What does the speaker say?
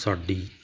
ਸਾਡੀ